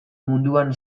munduan